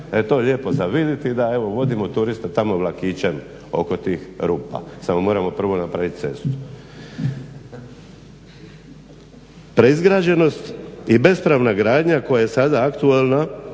da je to lijepo za vidjeti i da evo vodimo turiste tamo vlakićem oko tih rupa, samo moramo prvo napraviti cestu. Preizgrađenost i bespravna gradnja koja je sada aktualna,